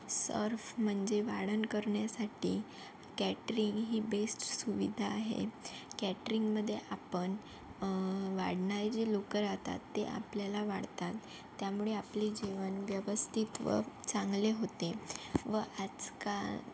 Surf म्हणजे वाढण करण्यासाठी कॅटरिंग ही बेस्ट सुविधा आहे कॅटरिंगमधे आपण वाढणारे जे लोकं राहतात ते आपल्याला वाढतात त्यामुळे आपले जेवण व्यवस्थित व चांगले होते व आजकाल